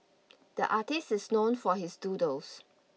the artist is known for his doodles